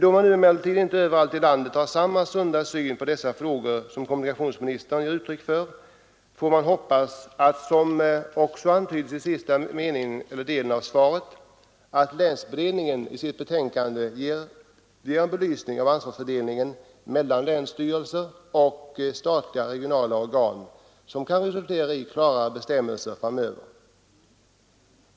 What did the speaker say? Då man emellertid inte överallt i landet har samma sunda syn på dessa frågor som kommunikationsministern ger uttryck för får vi hoppas att — som också antyds i sista delen av svaret — länsberedningen i sitt betänkande belyser ansvarsfördelningen mellan länsstyrelserna och andra statliga regionala organ och att detta kan resultera i klarare bestämmelser framöver.